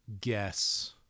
guess